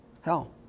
Hell